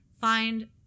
find